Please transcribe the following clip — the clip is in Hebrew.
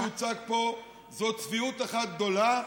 מה שהוצג פה זאת צביעות אחת גדולה,